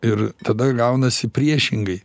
ir tada gaunasi priešingai